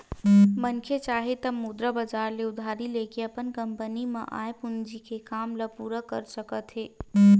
मनखे चाहे त मुद्रा बजार ले उधारी लेके अपन कंपनी म आय पूंजी के काम ल पूरा कर सकत हे